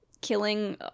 killing